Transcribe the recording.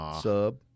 Sub